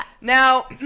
Now